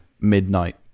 Midnight